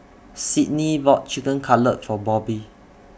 Sydni bought Chicken Cutlet For Bobbie